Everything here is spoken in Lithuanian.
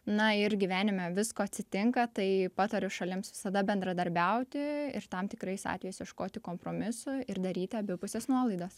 na ir gyvenime visko atsitinka tai patariu šalims visada bendradarbiauti ir tam tikrais atvejais ieškoti kompromisų ir daryti abipuses nuolaidas